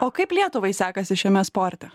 o kaip lietuvai sekasi šiame sporte